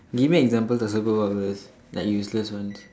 give me example of superpowers like useless one